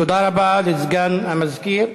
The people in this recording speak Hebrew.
תודה רבה לסגן המזכירה.